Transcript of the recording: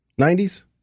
90s